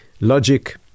logic